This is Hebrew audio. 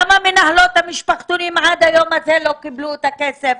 למה מנהלות המשפחתונים עד היום לא קיבלו את הכסף?